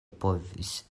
povis